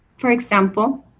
for example,